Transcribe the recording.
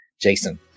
Jason